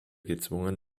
gezwungen